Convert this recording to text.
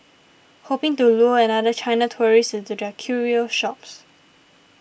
hoping to lure another China tourist into their curio shops